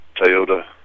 Toyota